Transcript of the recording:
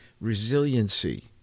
resiliency